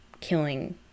killing